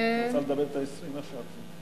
שאת רוצה לדבר 20, איך שאת רוצה.